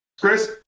Chris